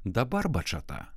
dabar bačata